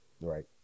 Right